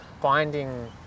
finding